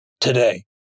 Today